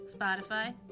Spotify